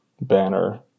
banner